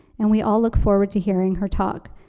and we all look forward to hearing her talk.